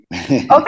Okay